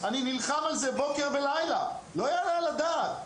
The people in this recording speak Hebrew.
אני נלחם על זה בוקר ולילה, לא יעלה על הדעת.